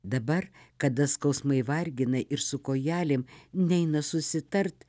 dabar kada skausmai vargina ir su kojelėm neina susitart